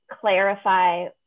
clarify